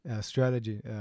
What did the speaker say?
strategy